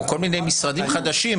או כל מיני משרדים חדשים,